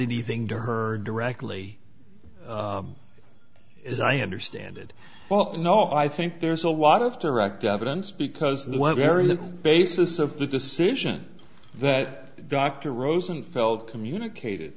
anything to her directly as i understand it well no i think there's a lot of to erect evidence because what very the basis of the decision that dr rosenfeld communicate